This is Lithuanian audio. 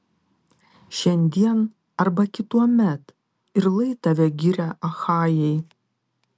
šiandien arba kituomet ir lai tave giria achajai